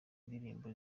ndirimbo